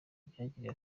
byagiriye